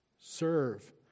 Serve